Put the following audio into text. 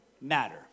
matter